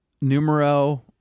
Numero